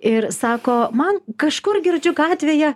ir sako man kažkur girdžiu gatvėje